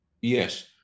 Yes